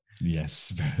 yes